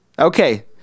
Okay